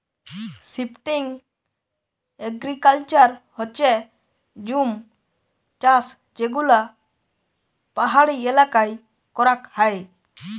shifting agriculture হচ্যে জুম চাষযেগুলা পাহাড়ি এলাকায় করাক হয়